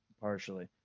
partially